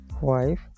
wife